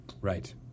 Right